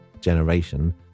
generation